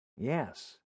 Yes